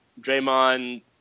Draymond